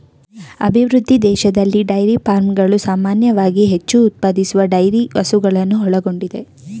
ಅಭಿವೃದ್ಧಿ ದೇಶದಲ್ಲಿ ಡೈರಿ ಫಾರ್ಮ್ಗಳು ಸಾಮಾನ್ಯವಾಗಿ ಹೆಚ್ಚು ಉತ್ಪಾದಿಸುವ ಡೈರಿ ಹಸುಗಳನ್ನು ಒಳಗೊಂಡಿದೆ